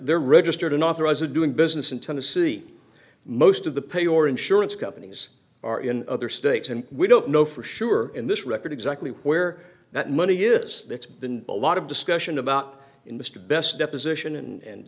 they're registered in authorize a doing business in tennessee most of the pay or insurance companies are in other states and we don't know for sure in this record exactly where that money is that's been a lot of discussion about in mr best deposition and